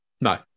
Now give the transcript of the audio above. No